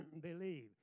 believe